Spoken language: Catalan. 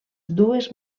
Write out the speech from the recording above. dues